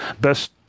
best